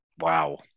Wow